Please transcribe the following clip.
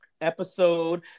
episode